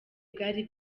bwari